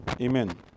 Amen